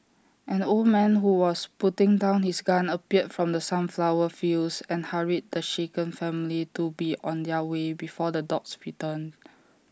an old man who was putting down his gun appeared from the sunflower fields and hurried the shaken family to be on their way before the dogs return